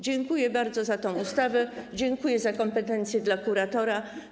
Dziękuję bardzo za tę ustawę, dziękuję za kompetencje dla kuratora.